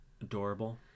adorable